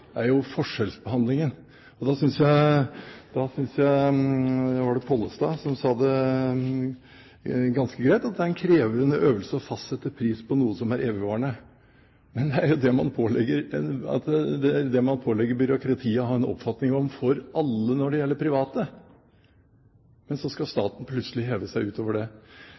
forskjellsbehandlingen. Jeg synes Pollestad sa det ganske greit – at det er en krevende øvelse å fastsette pris på noe som er evigvarende. Men det er jo det man pålegger byråkratiet å ha en oppfatning om for alle når det gjelder private. Men så skal staten plutselig heve seg over det.